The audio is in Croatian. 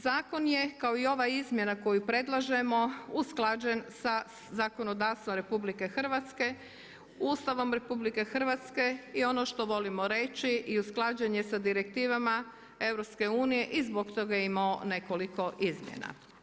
Zakon je kao i ovaj izmjena koju predlažemo usklađen sa zakonodavstvom RH, Ustavom RH i ono što volimo reći, i usklađen je sa direktivama EU-a i zbog toga je imao nekoliko izmjena.